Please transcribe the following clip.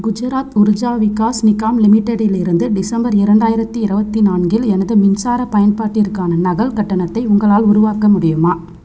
குஜராத் உர்ஜா விகாஸ் நிகாம் லிமிடெட்டிலிருந்து டிசம்பர் இரண்டாயிரத்தி இருபத்தி நான்கில் எனது மின்சாரப் பயன்பாட்டிற்கான நகல் கட்டணத்தை உங்களால் உருவாக்க முடியுமா